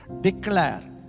Declare